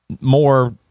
more